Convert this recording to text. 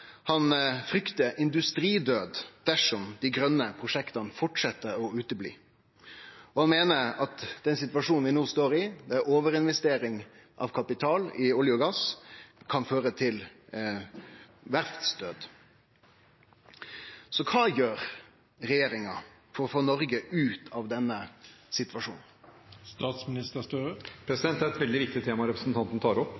fryktar industridød dersom dei grøne prosjekta fortset å utebli, og han meiner at den situasjonen vi no står i, med overinvestering av kapital i olje og gass, kan føre til verftsdød. Kva gjer regjeringa for å få Noreg ut av denne situasjonen? Det er et veldig viktig tema representanten tar opp,